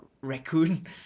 raccoon